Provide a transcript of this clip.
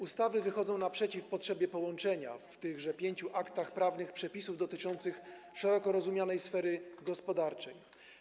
Ustawy wychodzą naprzeciw potrzebie połączenia w tychże pięciu aktach prawnych przepisów dotyczących szeroko rozumianej sfery gospodarczej.